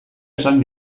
esan